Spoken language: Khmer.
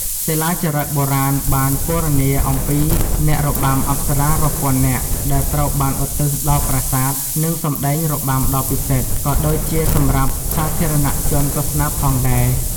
សិលាចារឹកបុរាណបានពណ៌នាអំពីអ្នករបាំអប្សរារាប់ពាន់នាក់ ដែលត្រូវបានឧទ្ទិសដល់ប្រាសាទ និងសម្តែងរបាំដ៏ពិសិដ្ឋ ក៏ដូចជាសម្រាប់សាធារណជនទស្សនាផងដែរ។